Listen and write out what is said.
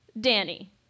Danny